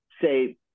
say